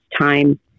time